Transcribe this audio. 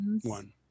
one